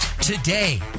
today